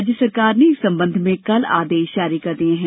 राज्य शासन ने इस संबंध में कल आदेश जारी कर दिये हैं